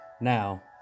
Now